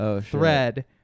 thread